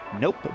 Nope